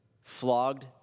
flogged